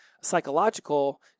psychological